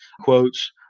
quotes